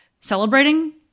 celebrating